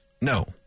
No